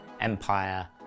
empire